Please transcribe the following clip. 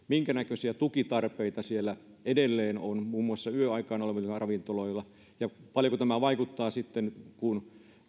minkänäköisiä tukitarpeita siellä edelleen on muun muassa yöaikaan auki olevilla ravintoloilla ja paljonko tämä vaikuttaa sitten kun